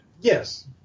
Yes